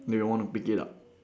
they would wanna pick it up